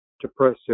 depressive